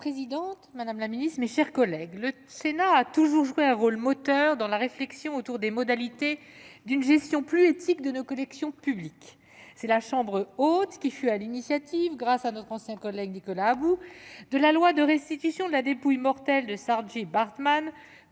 Madame la présidente, madame la secrétaire d'État, mes chers collègues, le Sénat a toujours joué un rôle moteur dans la réflexion sur les modalités d'une gestion plus éthique de nos collections publiques. C'est la chambre haute qui fut à l'initiative, grâce à notre ancien collègue, Nicolas About, de la loi relative à la restitution par la France de la dépouille mortelle de Saartjie Baartman,